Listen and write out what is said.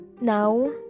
now